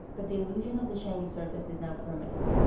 but the illusion of the shiny surface is now permanent.